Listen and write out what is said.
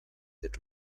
that